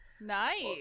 Nice